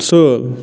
سٲل